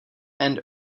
and